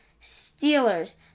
Steelers